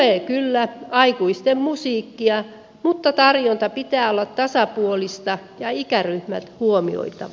tulee kyllä aikuisten musiikkia mutta tarjonnan pitää olla tasapuolista ja ikäryhmät huomioivaa